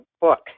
book